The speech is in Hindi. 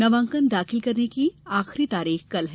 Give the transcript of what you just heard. नामांकन दाखिल करने की आखिरी तारीख कल है